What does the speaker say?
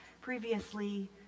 previously